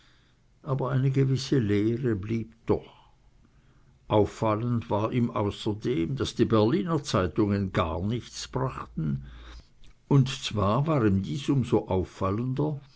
aber eine gewisse leere blieb doch auffallend war ihm außerdem daß die berliner zeitungen gar nichts brachten und zwar war ihm dies um so auffallender